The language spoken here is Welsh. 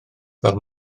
fel